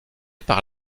par